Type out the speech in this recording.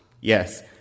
yes